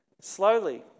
slowly